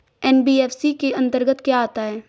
NBFC के अंतर्गत क्या आता है?